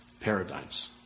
paradigms